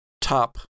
top